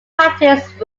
practiced